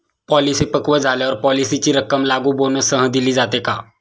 Policy पक्व झाल्यावर पॉलिसीची रक्कम लागू बोनससह दिली जाते का?